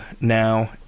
now